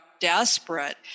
desperate